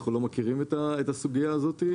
אנחנו לא מכירים את הסוגיה הזאת.